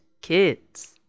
kids